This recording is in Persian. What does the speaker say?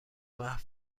محو